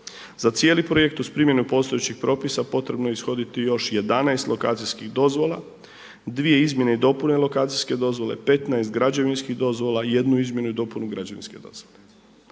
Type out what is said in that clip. Za cijeli projekt uz primjenu postojećih propisa potrebno je ishoditi još 11 lokacijskih dozvola, dvije izmjene i dopune lokacijske dozvole, 15 građevinskih dozvola i jednu izmjenu i dopunu građevinske dozvole.